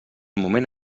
moment